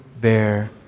bear